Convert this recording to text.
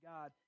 God